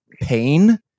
pain